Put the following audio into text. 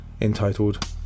entitled